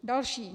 Další.